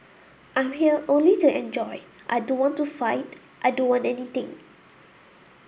I'm here only to enjoy I don't want to fight I don't want anything